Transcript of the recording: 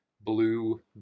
blue